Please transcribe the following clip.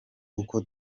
uko